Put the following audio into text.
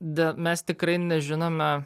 d mes tikrai nežinome